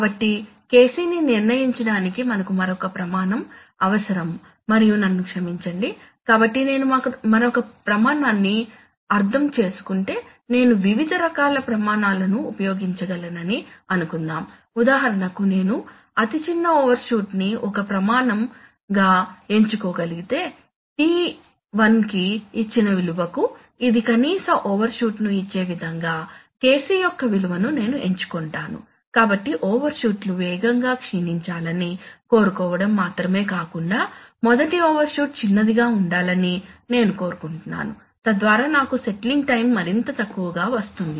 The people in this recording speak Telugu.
కాబట్టి KC ని నిర్ణయించడానికి మనకు మరొక ప్రమాణం అవసరం మరియు నన్ను క్షమించండి కాబట్టి నేను మరొక ప్రమాణాన్ని అర్ధం చేసుకుంటే నేను వివిధ రకాల ప్రమాణాలను ఉపయోగించగలనని అనుకుందాం ఉదాహరణకు నేను అతి చిన్న ఓవర్షూట్ ని ఒక ప్రమాణం గా ఎంచుకోగలిగితే T1 కి ఇచ్చిన విలువకుఇది కనీస ఓవర్షూట్ను ఇచ్చే విధంగా KC యొక్క విలువను నేను ఎంచుకుంటాను కాబట్టి ఓవర్షూట్లు వేగంగా క్షీణించాలని కోరుకోవడం మాత్రమే కాకుండా మొదటి ఓవర్షూట్ చిన్నదిగా ఉండాలని నేను కోరుకుంటున్నాను తద్వారా నాకు సెట్లింగ్ టైం మరింత తక్కువగా వస్తుంది